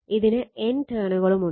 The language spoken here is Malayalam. ഇതിന് N ടേണുകളും ഉണ്ട്